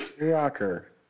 rocker